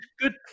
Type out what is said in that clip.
Good